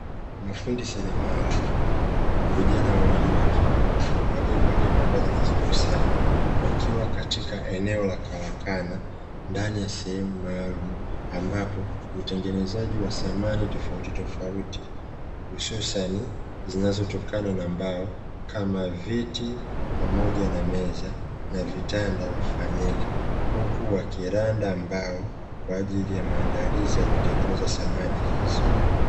Mafundi seremala, vijana wawili wa kiume waliovalia mavazi zito sana wakiwa katika eneo la karakana ndani ya sehemu maalumu ambapo utengenezaji wa samani tofautitofauti hususani zinazotokana na mbao kama viti pamoja na meza na vitanda hufanyika, huku wakiranda mbao kwa ajili ya maandalizi ya kutengeneza samani hizo.